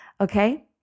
Okay